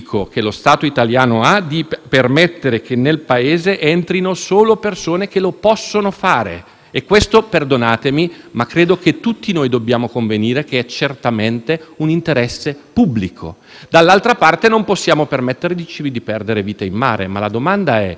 e questo, perdonatemi, ma credo che tutti noi dobbiamo convenire che è certamente un interesse pubblico; dall'altra parte, non possiamo permetterci di perdere vite in mare. Ma la domanda è: si perdono più vite in mare autorizzando e chiudendo gli occhi su queste modalità